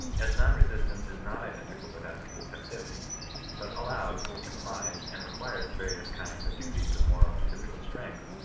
as non-resistance is not identical with absolute passivit f but allows, im plies, and requires various kinds and degrees of moral and physical strength,